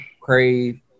Crave